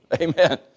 Amen